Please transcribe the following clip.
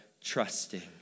trusting